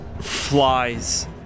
flies